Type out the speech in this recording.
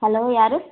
hello யார்